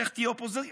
איך תהיה אופוזיציה?